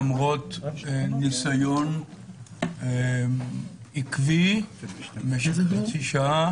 למרות ניסיון עקבי במשך חצי שנה,